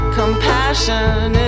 compassion